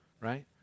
right